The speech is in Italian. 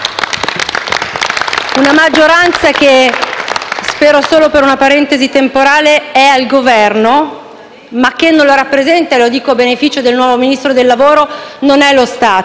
Una maggioranza che - spero solo per una parentesi temporale - è al Governo, ma che non lo rappresenta e che - lo dico a beneficio del nuovo Ministro dello sviluppo